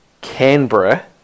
Canberra